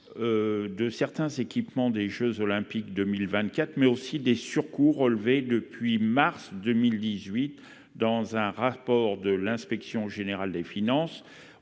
de certains équipements des jeux Olympiques de 2024, mais aussi sur les surcoûts, relevés en mars 2018 dans un rapport de l'inspection générale des finances